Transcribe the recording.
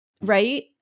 Right